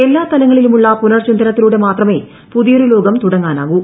എല്ലാ തലങ്ങളിലുമുള്ള പുനർചിന്തനത്തിലൂടെ മാത്രമേ പുതിയൊരു ലോകം തുടങ്ങാനാവൂ